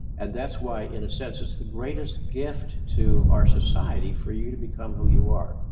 and that's why, in a sense, it's the greatest gift to our society for you to become who you are.